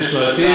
יש לו עתיד.